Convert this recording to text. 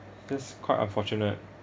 just quite unfortunate